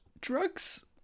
Drugs